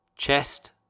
chest